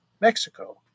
Mexico